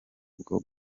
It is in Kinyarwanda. bwo